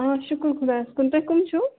آ شُکُر خۄدایَس کُن تُہۍ کٕم چھُو